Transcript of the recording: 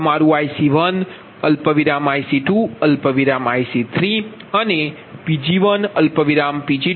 તમારું IC1IC2IC3 અને Pg1Pg2Pg3